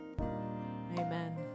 Amen